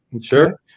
Sure